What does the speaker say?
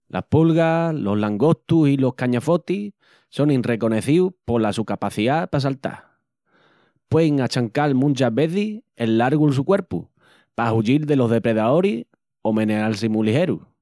Las pulgas, los langostus i los cañafotis sonin reconecíus pola su capaciá pa saltal. Puein achancal munchas vezis el largu'l su cuerpu pa ahuyil delos sus depredaoris o menealsi-si mu ligeru.